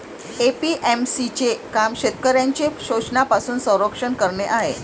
APMC चे काम शेतकऱ्यांचे शोषणापासून संरक्षण करणे आहे